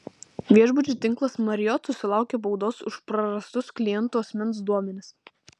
viešbučių tinklas marriott susilaukė baudos už prarastus klientų asmens duomenis